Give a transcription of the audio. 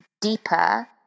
deeper